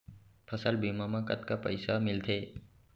फसल बीमा म कतका पइसा मिलथे?